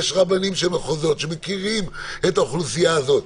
יש רבנים של מחוזות שמכירים את האוכלוסייה הזאת,